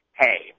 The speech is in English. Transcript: hey